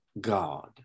God